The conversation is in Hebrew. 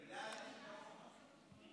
בגלל אנשים כמוך.